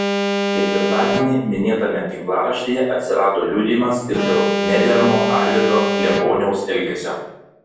ketvirtadienį minėtame tinklaraštyje atsirado liudijimas ir dėl nederamo arvydo liepuoniaus elgesio